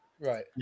Right